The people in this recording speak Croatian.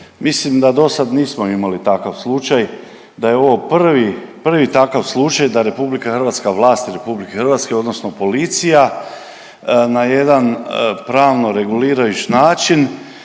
mislim da dosad nismo imali takav slučaj, da je ovo prvi, prvi takav slučaj da RH, vlasti RH odnosno policija na jedan pravno regulirajuć način